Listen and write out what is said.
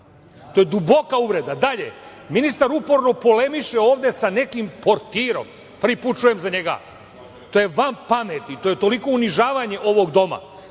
To je duboka uvreda. Dalje, ministar uporno polemiše ovde sa nekim portirom, prvi puta čujem za njega. To je van pameti, to je toliko unižavanje ovog Doma.